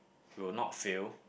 will not fail